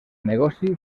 negoci